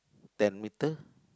ten metre